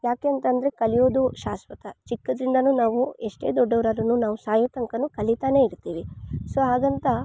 ಯಾಕೆಂತಂದ್ರೆ ಕಲಿಯೋದು ಶಾಸ್ವತ ಚಿಕ್ಕದ್ರಿಂದನು ನಾವು ಎಷ್ಟೆ ದೊಡ್ಡವರಾದ್ರುನು ನಾವ್ ಸಾಯೊ ತನ್ಕಾನು ಕಲಿತಾನೆಯಿರ್ತೀವಿ ಸೊ ಆಗಂತ